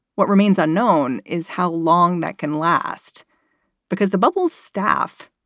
what remains unknown is how long that can last because the bubbles staff,